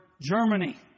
Germany